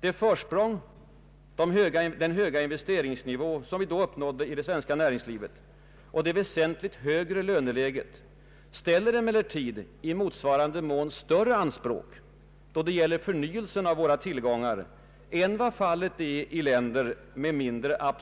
Det försprång, den höga investeringsnivå som vi då uppnådde i det svenska näringslivet och det väsentligt högre löneläget ställer emellertid, i motsvarande mån, större anspråk när det gäller förnyelsen av våra tillgångar än fallet är i länder med mindre